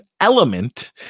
element